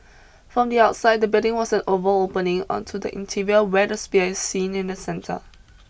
from the outside the building was an oval opening onto the interior where the sphere is seen in the centre